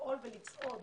לפעול ולצעוד